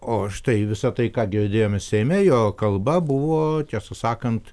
o štai visą tai ką girdėjome seime jo kalba buvo tiesą sakant